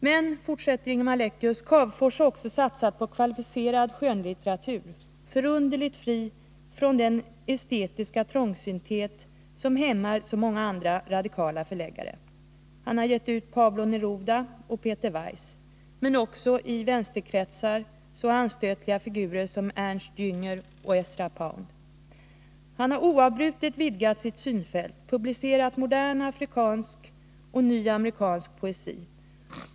Men Cavefors har också satsat på kvalificerad skönlitteratur, förunderligt fri från den estetiska trångsynthet som hämmar så många andra radikala förläggare. Han har givit ut Pablo Neruda och Peter Weiss, men också i vänsterkretsar så anstötliga figurer som Ernst Jänger och Ezra Pound. Han har oavbrutet vidgat sitt synfält, publicerat modern afrikansk prosa och ny amerikansk poesi.